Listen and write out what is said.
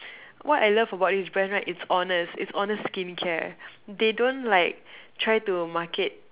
what I love about this brand right it's honest it's honest skincare they don't like try to market